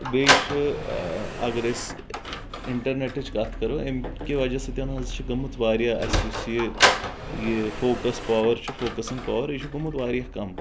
بیٚیہِ چھِ اگر أسۍ انٹرنیٹٕچ کتھ کرو امہِ کہِ وجہ سۭتۍ حظ چھِ گٔمٕژ واریاہ اسہِ یُس یہِ یہِ فوکس پاور چھ فوکسنٛگ پاور یہِ چھ گوٚومُت یہِ چھُ گوٚومُت واریاہ کم